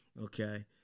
Okay